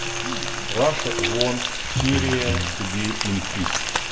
ah russia want syria to be in peace.